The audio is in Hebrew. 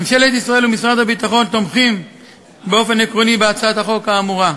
ממשלת ישראל ומשרד הביטחון תומכים באופן עקרוני בהצעת החוק האמורה.